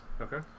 Okay